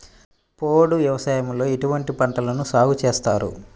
పోడు వ్యవసాయంలో ఎటువంటి పంటలను సాగుచేస్తారు?